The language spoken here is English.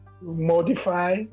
modify